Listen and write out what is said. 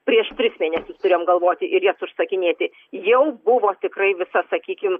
prieš tris mėnesius turėjom galvoti ir jas užsakinėti jau buvo tikrai visas sakykim